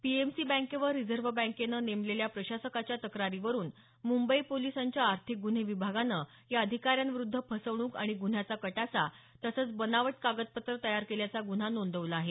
PMC बँकेवर रिझर्व्ह बँकेनं नेमलेल्या प्रशासकाच्या तक्रारीवरुन मुंबई पोलिसांच्या आर्थिक गुन्हे विभागानं या अधिकाऱ्यांविरुद्ध फसवणूक आणि गुन्ह्याच्या कटाचा तसंच बनावट कागदपत्र तयार केल्याचा गुन्हा नोंदवला आहे